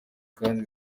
kandi